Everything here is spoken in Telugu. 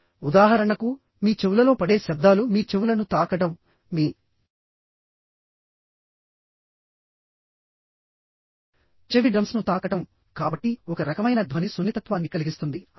ఉదాహరణకు మీ చెవులలో పడే శబ్దాలు మీ చెవులను తాకడం మీ చెవి డ్రమ్స్ ను తాకడం కాబట్టి ఒక రకమైన ధ్వని సున్నితత్వాన్ని కలిగిస్తుంది అంతే